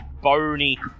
bony